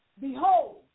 Behold